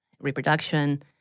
reproduction